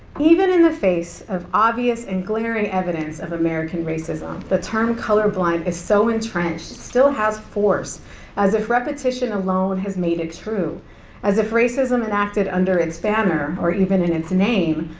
even in the face of obvious and glaring evidence of american racism, the term colorblind is so entrenched, still has force as if repetition alone has made it true as if racism enacted under its banner or even in its name,